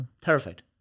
terrified